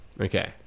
Okay